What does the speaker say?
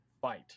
fight